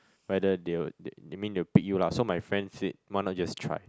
whether they'll they that mean they will pick you lah so my friends said why not just try